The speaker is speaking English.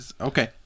Okay